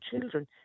children